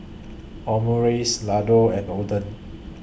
Omurice Ladoo and Oden